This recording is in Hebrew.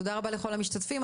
תודה רבה לכל המשתתפים.